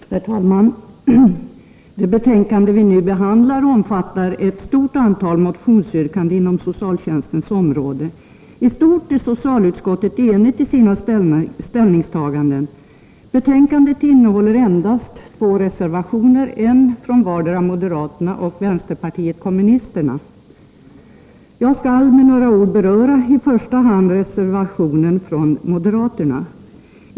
Herr talman! Det betänkande vi nu behandlar omfattar ett stort antal motionsyrkanden inom socialtjänstens område. I stort är socialutskottet enigt i sina ställningstaganden. Betänkandet innehåller endast två reservationer, en från moderaterna och en från vänsterpartiet kommunisterna. Jag skall med några ord beröra i första hand reservationen från moderaterna.